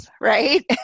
right